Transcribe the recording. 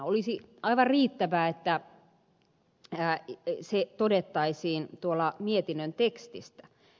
olisi aivan riittävää että se todettaisiin mietinnön tekstissä